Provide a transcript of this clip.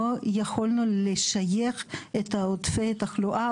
לא יכולנו לשייך את עודפי תחלואה,